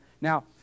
now